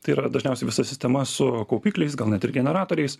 tai yra dažniausiai visa sistema su kaupikliais gal net ir generatoriais